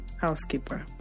housekeeper